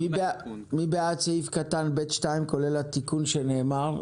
בעד סעיף קטן (ב)(2), כולל התיקון שנאמר?